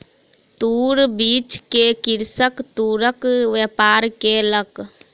तूर बीछ के कृषक तूरक व्यापार केलक